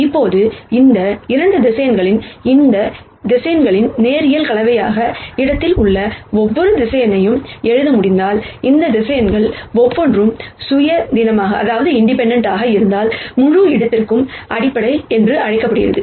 இப்போது இந்த 2 வெக்டர் இந்த வெக்டர் லீனியர் காம்பினேஷன்இடத்தில் உள்ள ஒவ்வொரு வெக்டர் எழுத முடிந்தால் இந்த வெக்டர் ஒவ்வொன்றும் சுயாதீனமாக இருந்தால் முழு இடத்திற்கும் அடிப்படை என்று அழைக்கப்படுகிறது